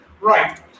Right